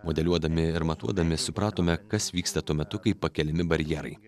modeliuodami ir matuodami supratome kas vyksta tuo metu kai pakeliami barjerai